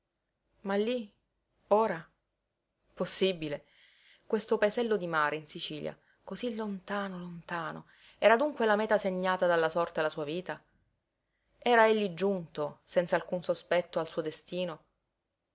ma lí ora possibile questo paesello di mare in sicilia cosí lontano lontano era dunque la meta segnata dalla sorte alla sua vita era egli giunto senz'alcun sospetto al suo destino